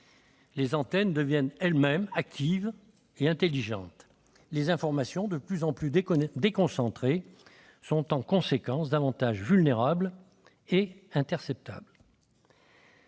Les antennes deviennent elles-mêmes actives et intelligentes. Les informations de plus en plus déconcentrées sont en conséquence davantage vulnérables et peuvent